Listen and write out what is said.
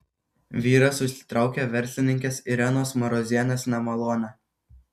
vyras užsitraukė verslininkės irenos marozienės nemalonę